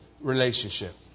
relationship